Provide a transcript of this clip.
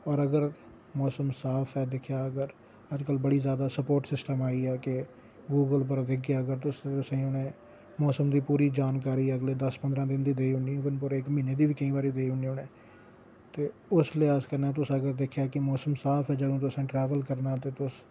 होर अगर मौसम साफ ऐ दिक्खेआ अगर अज्ज कल्ल बड़ा ज्यादा स्पोर्ट सिसटम आई गेदा ऐ गूगल उप्पर दिक्खगे अगर तुस मौसम दी पूरी जानकारी अगले दस्स पंदरां दिन दी देऊड़नी एवन इक म्हीने दी बी देऊड़नी उनैं ते इसलै अस्स कुस दिक्खचै अगर मौसम ऐ जदूं जुसे ट्रैवल करना